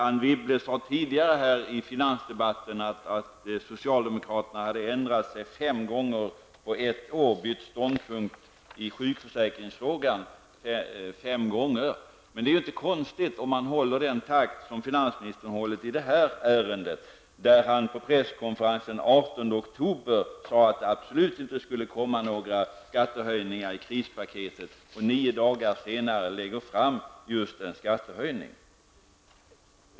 Anne Wibble framhöll i finansdebatten tidigare att socialdemokraterna ändrat ståndpunkt i sjukförsäkringsfrågan fem gånger på ett år. Men det är inte så konstigt om man håller samma takt som finansministern håller i detta ärende. På en presskonferens den 18 oktober sade ju finansministern att det absolut inte skulle komma några skattehöjningar i och med krispaketet. Men nio dagar senare presenterade han just en skattehöjning.